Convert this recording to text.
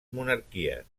monarquies